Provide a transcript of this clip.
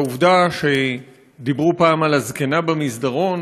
על העובדה שדיברו פעם על הזקנה במסדרון